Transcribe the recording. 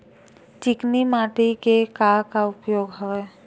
चिकनी माटी के का का उपयोग हवय?